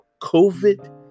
COVID